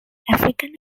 african